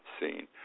seen